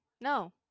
No